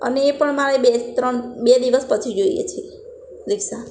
અને એ પણ મારે બે ત્રણ બે દિવસ પછી જોઈએ છે રિક્ષા